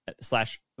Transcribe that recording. slash